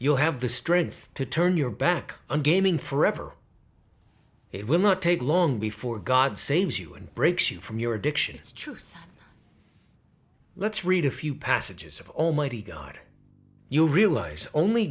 you'll have the strength to turn your back on gaming forever it will not take long before god saves you and breaks you from your addictions truth let's read a few passages of almighty god you realize only